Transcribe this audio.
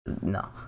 No